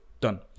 Done